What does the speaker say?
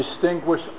distinguish